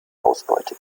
ausbeute